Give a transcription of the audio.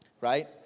right